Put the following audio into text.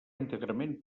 íntegrament